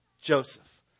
Joseph